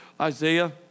Isaiah